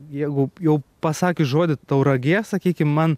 jeigu jau pasakius žodį tauragė sakykim man